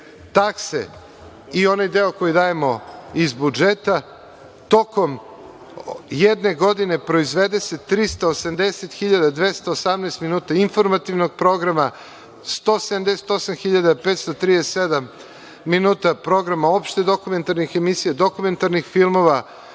takse i onaj deo koji dajemo iz budžeta tokom jedne godine proizvede se 380.218 minuta informativnog programa, 178.537 minuta programa opšte dokumentarnih emisija, dokumentarnih filmova,